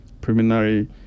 preliminary